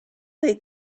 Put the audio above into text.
they